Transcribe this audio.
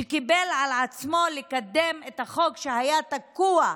שקיבל על עצמו לקדם את החוק, שהיה תקוע,